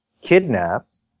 kidnapped